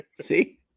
See